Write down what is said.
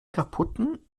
kaputten